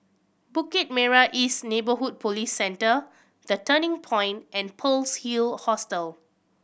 Bukit Merah East Neighbourhood Police Centre The Turning Point and Pearl's Hill Hostel